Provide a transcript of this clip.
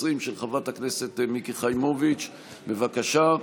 התש"ף 2020, של חברת הכנסת מיקי חיימוביץ', בבקשה.